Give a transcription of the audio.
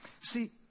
See